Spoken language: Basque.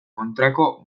kontrako